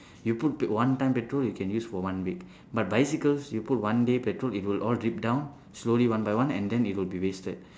you put one time petrol you can use for one week but bicycles you put one day petrol it will all drip down slowly one by one and then it will be wasted